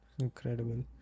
Incredible